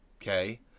okay